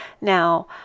Now